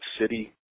City